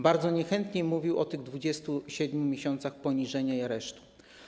Bardzo niechętnie mówił o tych 27 miesiącach poniżenia i aresztu.